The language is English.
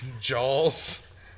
Jaws